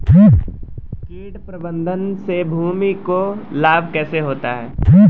कीट प्रबंधन से भूमि को लाभ कैसे होता है?